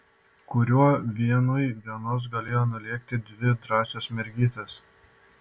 kuriuo vienui vienos galėjo nulėkti dvi drąsios mergytės